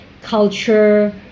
culture